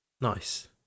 nice